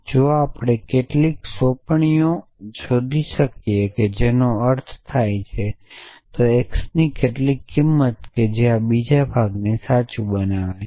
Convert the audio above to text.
જો આપણે કેટલીક સોંપણીઓ શોધી શકીએ જેનો અર્થ થાય છે x ની કેટલીક કિંમત જે આ બીજા ભાગને સાચું બનાવે છે